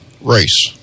race